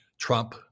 Trump